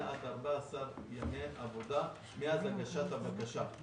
היה עד 14 ימי מאז הגשת הבקשה.